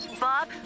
Bob